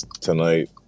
tonight